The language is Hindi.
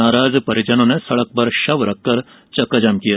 नाराज परिजनों ने सड़क पर शव रखकर चक्काजाम कर दिया